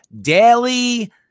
daily